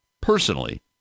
personally